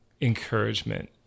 encouragement